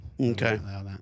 Okay